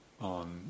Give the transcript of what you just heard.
on